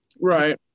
Right